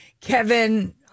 Kevin